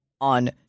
on